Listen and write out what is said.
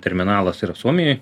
terminalas ir suomijoj